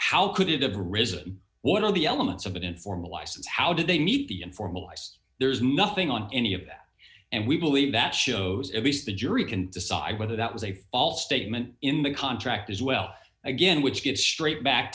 arisen what are the elements of an informal license how do they meet the informal acts there's nothing on any of that and we believe that shows at least the jury can decide whether that was a false statement in the contract as well again which gets straight back